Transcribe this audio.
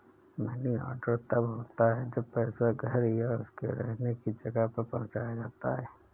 money order तब होता है जब पैसा घर या उसके रहने की जगह पर पहुंचाया जाता है